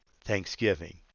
Thanksgiving